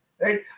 right